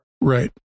Right